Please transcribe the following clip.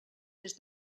des